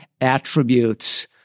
attributes